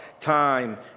time